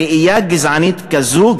ראייה גזענית כזאת,